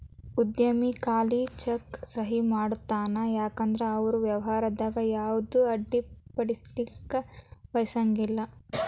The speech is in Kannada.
ಉದ್ಯಮಿ ಖಾಲಿ ಚೆಕ್ಗೆ ಸಹಿ ಮಾಡತಾನ ಯಾಕಂದ್ರ ಅವರು ವ್ಯವಹಾರದಾಗ ಯಾವುದ ಅಡ್ಡಿಪಡಿಸಲಿಕ್ಕೆ ಬಯಸಂಗಿಲ್ಲಾ